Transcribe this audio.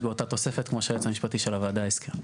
באותה תוספת כמו שהיועץ המשפטי של הוועדה הזכיר.